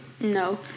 No